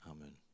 Amen